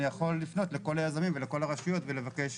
אני יכול לפנות לכל היזמים ולכל הרשויות ולבקש